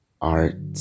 art